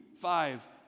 five